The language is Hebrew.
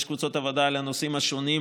יש קבוצות עבודה על הנושאים השונים.